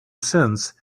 cents